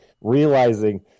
realizing